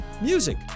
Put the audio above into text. Music